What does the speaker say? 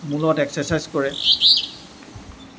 মোৰ লগত এক্সেছাইজ কৰে